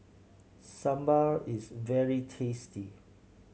sambar is very tasty